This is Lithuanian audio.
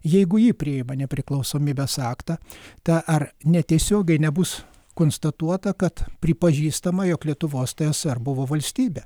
jeigu ji priima nepriklausomybės aktą ta ar netiesiogiai nebus konstatuota kad pripažįstama jog lietuvos tsr buvo valstybė